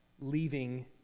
leaving